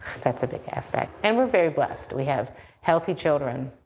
that is a big aspect. and we are very blessed. we have healthy children,